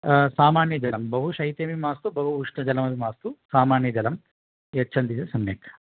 सामान्यजलं बहु शैत्यं मास्तु बहु उष्णजलमपि मास्तु सामान्यजलं यच्छन्ति चेत् सम्यक्